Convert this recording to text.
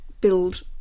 build